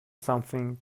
something